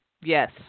Yes